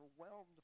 overwhelmed